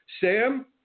Sam